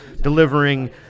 delivering